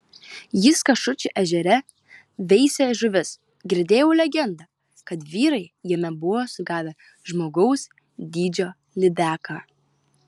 jis kašučių ežere veisė žuvis girdėjau legendą kad vyrai jame buvo sugavę žmogaus dydžio lydeką